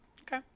Okay